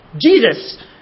Jesus